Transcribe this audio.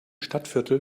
stadtviertel